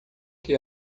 que